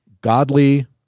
godly